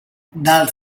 dal